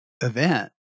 event